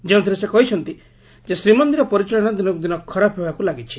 ଯେଉଁଥିରେ ସେ କହିଛନ୍ତି ଯେ ଶ୍ରୀମନ୍ଦିର ପରିଚାଳନା ଦିନକୁ ଦିନ ଖରାପ ହେବାକୁ ଲାଗିଛି